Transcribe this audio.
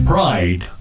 Pride